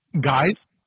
Guys